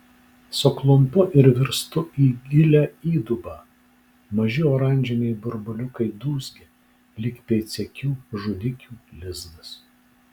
suklumpu ir virstu į gilią įdubą maži oranžiniai burbuliukai dūzgia lyg pėdsekių žudikių lizdas